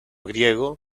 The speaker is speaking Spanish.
griego